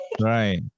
Right